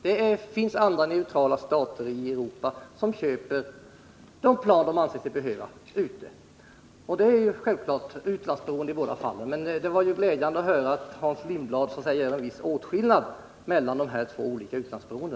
Det finns andra neutrala stater i Europa som köper de plan de anser sig behöva. Det är naturligtvis ett utlandsberoende i båda fallen. men det var glädjande att höra att Hans Lindblad gör en viss åtskillnad mellan dessa båda slag av utlandsberoende.